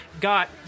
got